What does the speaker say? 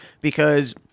because-